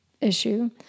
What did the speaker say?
issue